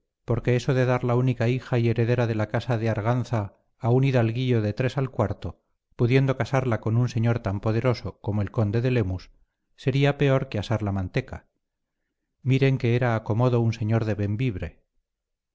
porque eso de dar la hija única y heredera de la casa de arganza a un hidalguillo de tres al cuarto pudiendo casarla con un señor tan poderoso como el conde de lemus sería peor que asar la manteca miren que era acomodo un señor de